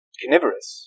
carnivorous